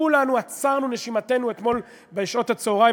כולנו עצרנו את נשימתנו אתמול בשעות הצהריים